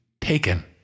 taken